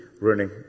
running